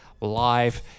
Live